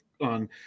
on